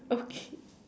okay